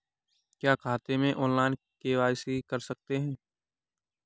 क्या खाते में ऑनलाइन के.वाई.सी कर सकते हैं?